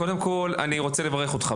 קודם כול אני רוצה לברך אותך,